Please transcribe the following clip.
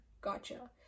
gotcha